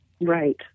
Right